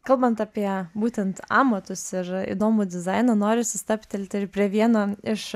kalbant apie būtent amatus ir įdomų dizainą norisi stabtelti ir prie vieno iš